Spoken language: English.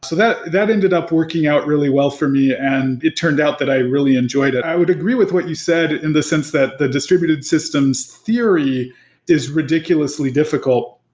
so that that ended up working out really well for me and it turned out that i really enjoyed it. i would agree with what you said in the sense that the distributed systems theory is ridiculously difficult.